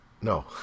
no